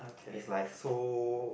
it's like so